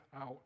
out